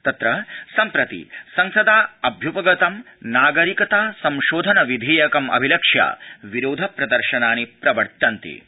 तत्र सम्प्रति संसदा अभ्य्पगतं नागरिकता संशोधन विधेयकम् अभिलक्ष्य विरोध प्रदर्शनानि प्रवर्तन्ते